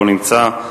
לא נמצא,